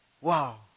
Wow